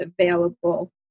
available